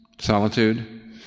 solitude